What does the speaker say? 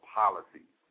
policies